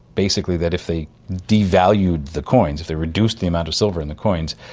basically that if they devalued the coins, if they reduced the amount of silver in the coins,